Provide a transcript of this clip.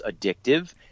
addictive